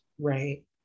right